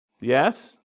Yes